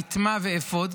רתמה ואפוד,